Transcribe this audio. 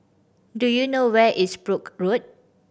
do you know where is Brooke Road